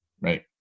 Right